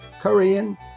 Korean